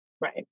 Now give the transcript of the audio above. Right